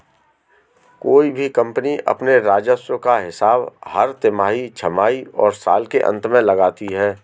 कोई भी कम्पनी अपने राजस्व का हिसाब हर तिमाही, छमाही और साल के अंत में लगाती है